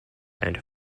and